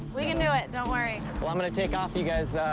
we can do it. don't worry. well, i'm gonna take off, you guys.